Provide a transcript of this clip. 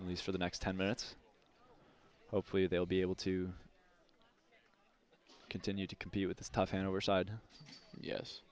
at least for the next ten minutes hopefully they'll be able to continue to compete with the